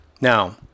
Now